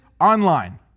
online